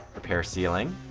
repair ceiling,